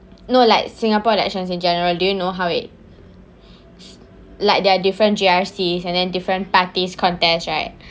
no like singapore elections in general do you know how it like there are different G_R_C and then different parties contest right